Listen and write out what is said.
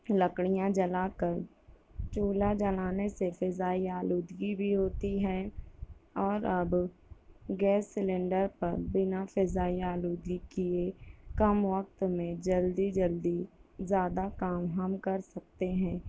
لکڑیاں جلا کر چولہا جلانے سے فضائی آلودگی بھی ہوتی ہے اور اب گیس سلنڈر پر بنا فضائی آلودگی کیے کم وقت میں جلدی جلدی زیادہ کام ہم کر سکتے ہیں